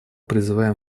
призываем